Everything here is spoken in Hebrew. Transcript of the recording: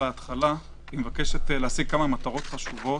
היא מבקשת להשיג כמה מטרות חשובות.